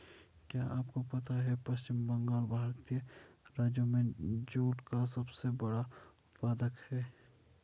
क्या आपको पता है पश्चिम बंगाल भारतीय राज्यों में जूट का सबसे बड़ा उत्पादक है?